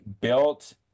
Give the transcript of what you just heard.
built